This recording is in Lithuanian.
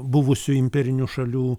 buvusių imperinių šalių